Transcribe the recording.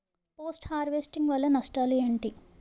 Post harvesting వల్ల నష్టాలు ఏంటి?